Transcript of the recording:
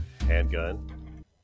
Handgun